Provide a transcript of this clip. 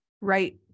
right